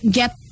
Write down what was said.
get